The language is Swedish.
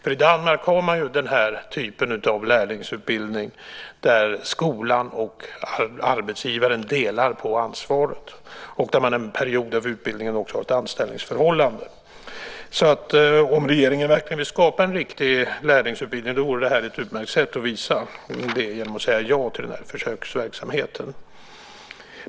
I Danmark har man ju den här typen av lärlingsutbildning där skolan och arbetsgivaren delar på ansvaret och där man under en period av utbildningen också har ett anställningsförhållande. Om regeringen verkligen vill skapa en riktig lärlingsutbildning vore ett utmärkt sätt att visa det att säga ja till den här försöksverksamheten.